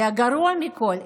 והגרוע מכול,